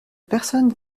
personne